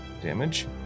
damage